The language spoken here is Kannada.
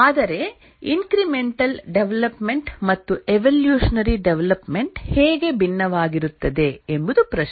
ಆದರೆ ಇಂಕ್ರಿಮೆಂಟಲ್ ಡೆವಲಪ್ಮೆಂಟ್ ಮತ್ತು ಎವೊಲ್ಯೂಷನರಿ ಡೆವಲಪ್ಮೆಂಟ್ ಹೇಗೆ ಭಿನ್ನವಾಗಿರುತ್ತದೆ ಎಂಬುದು ಪ್ರಶ್ನೆ